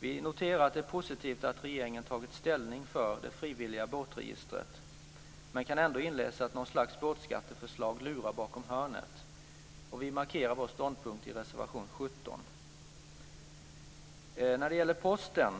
Vi noterar att det är positivt att regeringen har tagit ställning för det frivilliga båtregistret men kan ändå inläsa att något slags båtskatteförslag lurar bakom hörnet. Vi markerar vår ståndpunkt i reservation nr 17. När det gäller Posten